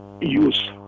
use